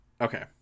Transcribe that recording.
okay